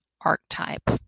archetype